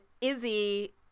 Izzy